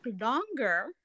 longer